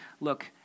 look